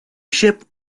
ship